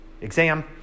exam